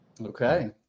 Okay